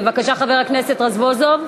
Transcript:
בבקשה, חבר הכנסת רזבוזוב.